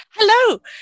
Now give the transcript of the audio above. Hello